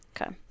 okay